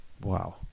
Wow